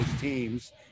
teams